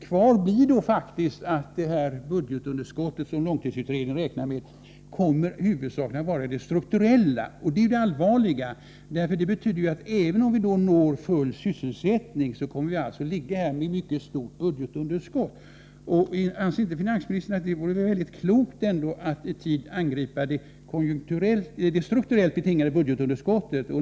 Kvar blir då faktiskt att det budgetunderskott som långtidsutredningen räknar med huvudsakligen kommer att vara strukturellt betingat. Det är det allvarliga i sammanhanget, för det betyder att vi kommer att ha ett mycket stort budgetunderskott även om vi når full sysselsättning. Anser inte finansministern att det vore mycket klokt att i tid angripa det strukturellt betingade budgetunderskottet?